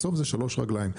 בסוף זה שלוש רגליים,